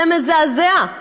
זה מזעזע.